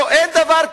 לא, אין דבר כזה.